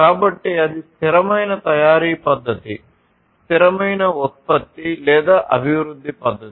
కాబట్టి అది స్థిరమైన తయారీ పద్ధతి లేదా అభివృద్ధి పద్ధతి